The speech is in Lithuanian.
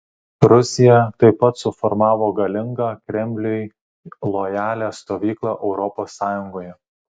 rusija taip pat suformavo galingą kremliui lojalią stovyklą europos sąjungoje